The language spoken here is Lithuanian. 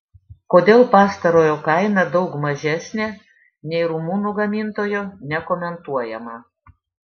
kodėl pastarojo kaina daug mažesnė nei rumunų gamintojo nekomentuojama